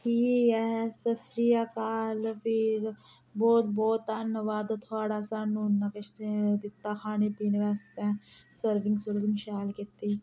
ठीक ऐ ससरियाकाल फिर बोह्त बोह्त धन्नबाद थोआढ़ा सानूं इन्ना किश दित्ता खाने पीने वास्तै सर्विंग सुर्विंग शैल कीती